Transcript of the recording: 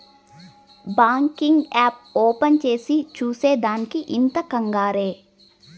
banking app open చేసి చూసే దానికి ఇంత కంగారే